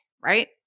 right